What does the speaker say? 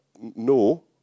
No